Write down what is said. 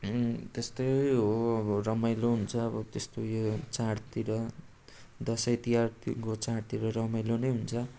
त्यस्तै हो रमाइलो हुन्छ अब त्यस्तो उयो चाडतिर दसैँतिहारको चाडतिर रमाइलो नै हुन्छ